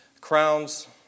Crowns